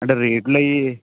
అంటే రేట్లు అవి